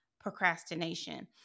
procrastination